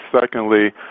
secondly